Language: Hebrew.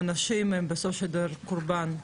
האנשים הם בסופו של דבר קורבן,